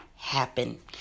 happen